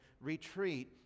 retreat